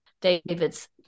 David's